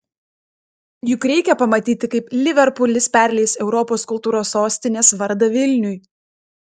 juk reikia pamatyti kaip liverpulis perleis europos kultūros sostinės vardą vilniui